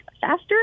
faster